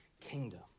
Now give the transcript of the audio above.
kingdom